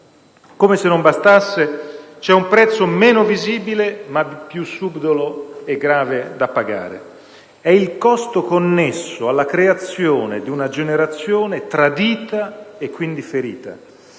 Come se non bastasse, vi è un prezzo meno visibile, ma più subdolo e grave da pagare. È il costo connesso alla creazione di una generazione tradita, e quindi ferita.